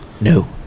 No